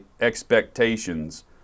expectations